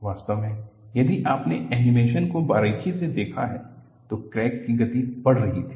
वास्तव में यदि आपने एनीमेशन को बारीकी से देखा है तो क्रैक की गति बढ़ रही थी